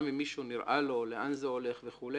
גם אם למישהו נראה לאן זה הולך וכו',